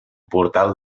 portal